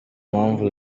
mpamvu